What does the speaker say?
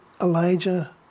Elijah